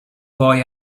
boy